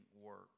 work